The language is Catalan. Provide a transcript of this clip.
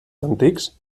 antics